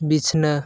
ᱵᱤᱪᱷᱱᱟᱹ